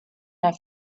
have